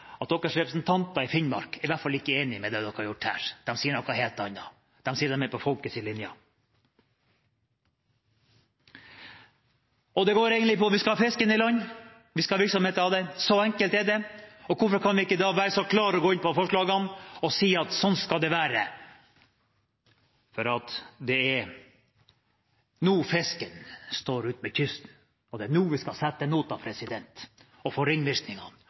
at deres representanter i Finnmark ikke er enige i det som er gjort her. De sier noe helt annet, de sier at de er på folkets linje. Det går egentlig på om vi skal ha fisken i land, om vi skal ha virksomheter av den. Så enkelt er det. Hvorfor kan vi ikke da være klare og gå inn for forslagene og si at sånn skal det være, for det er nå fisken står ved kysten, og det er nå vi skal sette nota og få ringvirkninger? Vi må sette nota også her i dag og slå det fast en gang for